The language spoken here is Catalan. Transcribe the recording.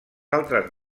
altres